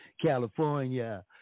California